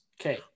Okay